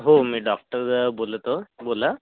हो मी डॉक्टर बोलतो बोला